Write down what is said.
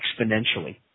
exponentially